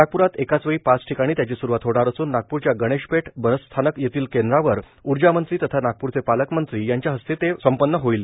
नागप्रात एकाचवेळी पाच ठिकाणी त्याची स्रूवात होणार असून नागप्रच्या गणेशपेठ बसस्थानक येथील केंद्रावर ऊर्जामंत्री तथा नागपूरचे पालकमंत्री यांच्या हस्ते होणार आहे